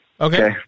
Okay